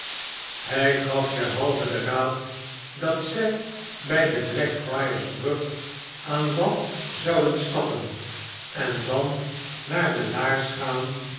hij gaf derhalve den raad dat zij bij de blackfriars brug aan wal zouden stappen en dan naar de laars gaan